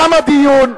תם הדיון.